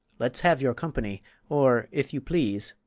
let's have your company or, if you please,